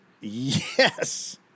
Yes